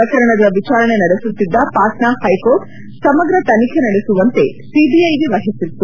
ಪ್ರಕರಣದ ವಿಚಾರಣೆ ನಡೆಸುತ್ತಿದ್ದ ಪಾಟ್ನಾ ಹೈಕೋರ್ಟ್ ಸಮಗ್ರ ತನಿಖೆ ನಡೆಸುವಂತೆ ಸಿಬಿಐಗೆ ವಹಿಸಿತ್ತು